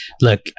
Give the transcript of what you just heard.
look